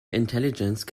intelligence